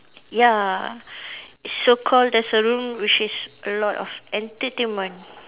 ya so call there's a room which is a lot of entertainment